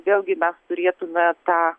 vėlgi mes turėtume tą